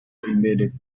embedded